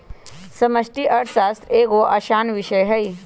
समष्टि अर्थशास्त्र एगो असान विषय हइ